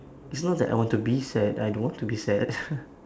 it's not that I want to be sad I don't want to be sad